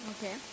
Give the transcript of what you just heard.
Okay